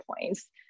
points